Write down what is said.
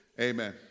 amen